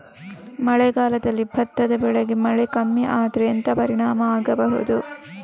ಮಳೆಗಾಲದಲ್ಲಿ ಭತ್ತದ ಬೆಳೆಗೆ ಮಳೆ ಕಮ್ಮಿ ಆದ್ರೆ ಎಂತ ಪರಿಣಾಮ ಆಗಬಹುದು?